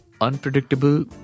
unpredictable